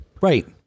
Right